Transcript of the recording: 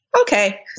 Okay